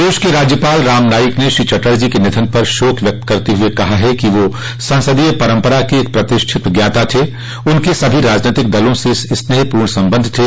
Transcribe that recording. प्रदेश के राज्यपाल राम नाईक ने श्री चटर्जी के निधन पर शोक व्यक्त करते हुए कहा है कि वह संसदीय परम्परा के एक प्रतिष्ठित ज्ञाता थे उनके सभी राजनैतिक दलों से स्नेहपूर्ण संबंध थे